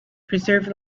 preserved